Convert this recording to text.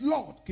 Lord